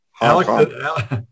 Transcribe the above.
Alex